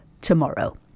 tomorrow